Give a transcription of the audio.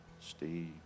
Steve